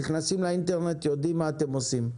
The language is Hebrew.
נכנסים לאינטרנט ויודעים מה אתם עושים.